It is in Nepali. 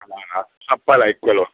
ल ल सबैलाई इक्वल होस्